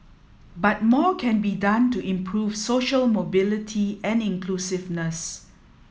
but more can be done to improve social mobility and inclusiveness